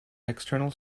external